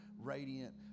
radiant